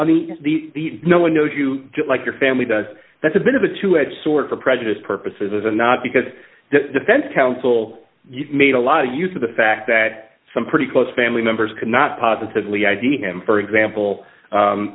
like the no one knows you just like your family does that's a bit of a two edged sword for prejudice purposes and not because the defense counsel made a lot of use of the fact that some pretty close family members could not positively id him for example